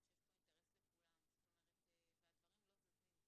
בו יש אינטרס לכולם אבל הדברים לא זזים.